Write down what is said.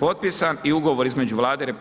Potpisan i ugovor između Vlade RH